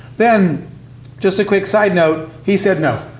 then just a quick side note he said no.